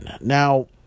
Now